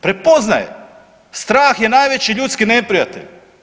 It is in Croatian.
Prepoznaje, strah je najveći ljudski neprijatelj.